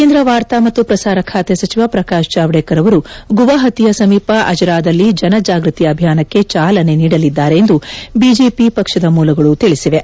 ಕೇಂದ ವಾರ್ತಾ ಮತ್ತು ಪ್ರಸಾರ ಖಾತೆ ಸಚಿವ ಪ್ರಕಾಶ್ ಜಾವದೇಕರ್ ಅವರು ಗುವಾಹತಿಯ ಸಮೀಪ ಅಜರಾದಲ್ಲಿ ಜನಜಾಗ್ಬತಿ ಅಭಿಯಾನಕ್ಕೆ ಚಾಲನೆ ನೀಡಲಿದ್ದಾರೆ ಎಂದು ಬಿಜೆಪಿ ಪಕ್ಷದ ಮೂಲಗಳು ತಿಳಿಸಿವೆ